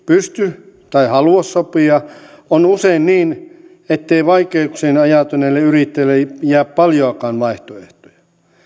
pysty tai halua sopia on usein niin ettei vaikeuksiin ajautuneelle yrittäjälle jää paljoakaan vaihtoehtoja